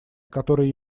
которые